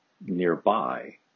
nearby